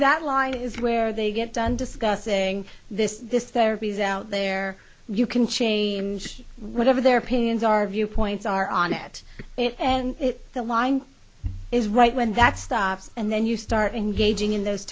that law is where they get done discussing this this therapy is out there you can change whatever their opinions are viewpoints are on it and if the wind is right when that stops and then you start engaging in those